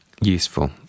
Useful